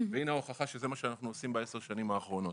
והנה ההוכחה שזה מה שאנחנו עושים בעשר השנים האחרונות.